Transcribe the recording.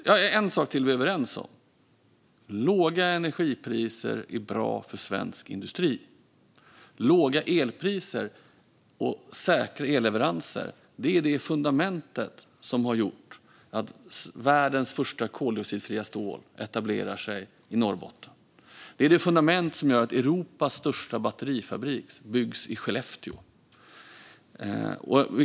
En sak till är vi överens om. Låga energipriser är bra för svensk industri. Låga elpriser och säkra elleveranser är det fundament som har gjort att världens första koldioxidfria stål etablerar sig i Norrbotten. Det är det fundament som gör att Europas största batterifabrik byggs i Skellefteå.